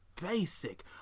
basic